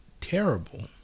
terrible